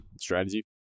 Strategy